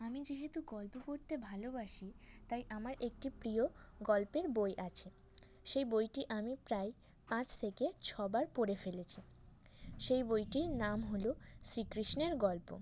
আমি যেহেতু গল্প পড়তে ভালোবাসি তাই আমার একটি প্রিয় গল্পের বই আছে সেই বইটি আমি প্রায় পাঁচ থেকে ছবার পড়ে ফেলেছি সেই বইটির নাম হল শ্রী কৃষ্ণের গল্প